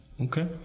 Okay